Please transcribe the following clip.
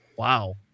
Wow